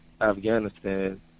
Afghanistan